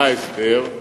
מה ההסבר?